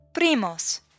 primos